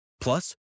Plus